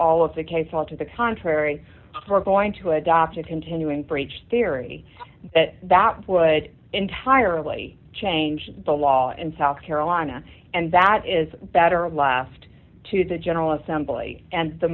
all of the case all to the contrary we're going to adopt a continuing breach theory that would entirely change the law in south carolina and that is better left to the general assembly and the